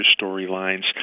storylines